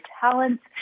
talents